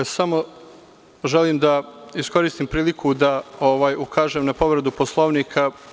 Samo želim da iskoristim priliku da ukažem na povredu Poslovnika.